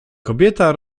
kobieta